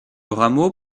rameau